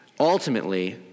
Ultimately